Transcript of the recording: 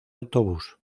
autobús